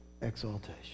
exaltation